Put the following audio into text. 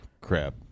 crap